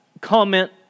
comment